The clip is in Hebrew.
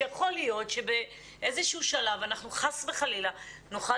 שיכול להיות שבאיזשהו שלב אנחנו חס וחלילה נוכל